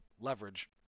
leverage